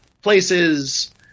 Places